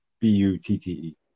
B-U-T-T-E